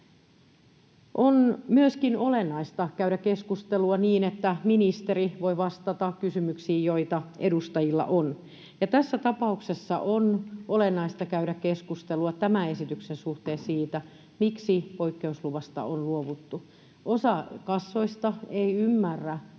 On myöskin olennaista käydä keskustelua niin, että ministeri voi vastata kysymyksiin, joita edustajilla on, ja tässä tapauksessa on olennaista käydä keskustelua tämän esityksen suhteen siitä, miksi poikkeusluvasta on luovuttu. Osa kassoista ei ymmärrä,